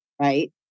right